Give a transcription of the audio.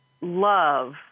love